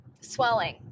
swelling